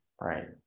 right